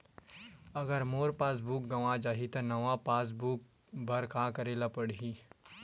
अगर मोर passbook गवां जाहि त नवा पास बुक बर का करे ल पड़हि?